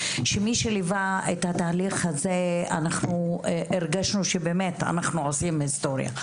שמי שליווה את התהליך הזה - אנחנו הרגשנו שבאמת אנחנו עושים היסטוריה,